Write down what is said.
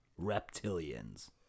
Reptilians